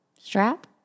Strap